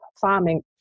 farming